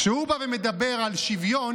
כשהוא בא ומדבר על שוויון,